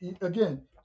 Again